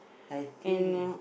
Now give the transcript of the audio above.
I see